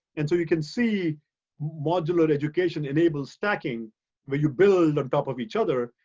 and so you can see modular education enabled stacking where you build on top of each other,